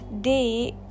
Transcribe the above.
day